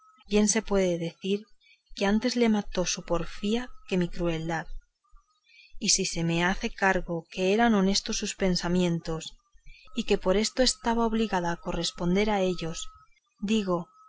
bien se puede decir que antes le mató su porfía que mi crueldad y si se me hace cargo que eran honestos sus pensamientos y que por esto estaba obligada a corresponder a ellos digo